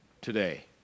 today